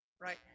right